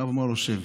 הרב אומר לו: שב.